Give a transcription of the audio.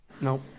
Nope